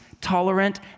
tolerant